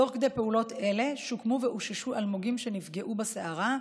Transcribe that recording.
תוך כדי פעולות אלה שוקמו ואוששו אלמוגים שנפגעו בסערה,